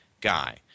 guy